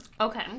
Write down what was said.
Okay